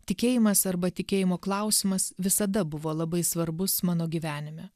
tikėjimas arba tikėjimo klausimas visada buvo labai svarbus mano gyvenime